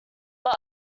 but